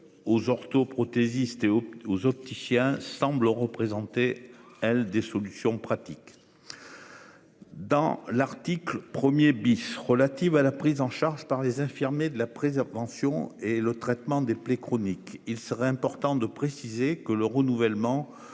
2. Orthoprothésiste et aux aux opticiens semble représenter elle des solutions pratiques. C'est vrai. Dans l'article 1er relatives à la prise en charge par les infirmer, de la préservation et le traitement des plaies chroniques, il serait important de préciser que le renouvellement